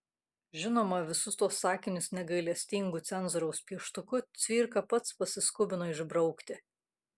žinoma visus tuos sakinius negailestingu cenzoriaus pieštuku cvirka pats pasiskubino išbraukti